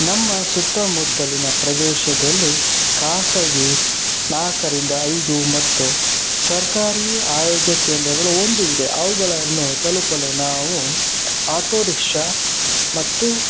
ನಮ್ಮ ಸುತ್ತಮುತ್ತಲಿನ ಪ್ರದೇಶದಲ್ಲಿ ಖಾಸಗಿ ನಾಲ್ಕರಿಂದ ಐದು ಮತ್ತು ಸರ್ಕಾರಿ ಆರೋಗ್ಯ ಕೇಂದ್ರಗಳು ಒಂದು ಇದೆ ಅವುಗಳನ್ನು ತಲುಪಲು ನಾವು ಆಟೋ ರಿಕ್ಷಾ ಮತ್ತು